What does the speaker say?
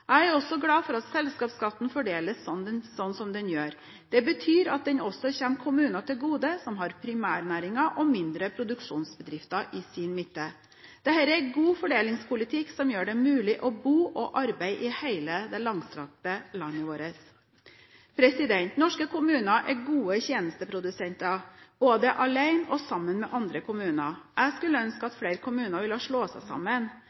Jeg er også glad for at selskapsskatten fordeles slik som den gjør. Det betyr at den også kommer kommuner som har primærnæringer og mindre produksjonsbedrifter i sin midte, til gode. Dette er god fordelingspolitikk som gjør det mulig å bo og arbeide i hele det langstrakte landet vårt. Norske kommuner er gode tjenesteprodusenter, både alene og sammen med andre kommuner. Jeg skulle ønske at flere kommuner ville slå seg sammen,